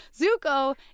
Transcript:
Zuko